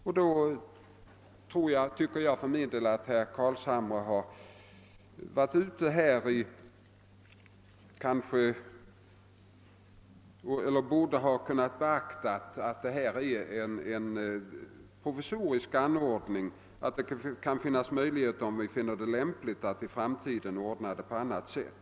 Med hänsyn härtill tycker jag att herr Carlshamre borde ha kunnat beakta att denna publikation är en provisorisk anordning och att det i framtiden kanske kan visa sig lämpligt att ordna informationen på annat sätt.